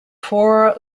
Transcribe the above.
four